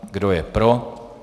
Kdo je pro?